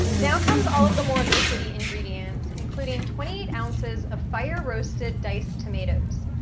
now comes all of the more liquidy ingredients, including twenty eight ounces of fire-roasted diced tomatoes.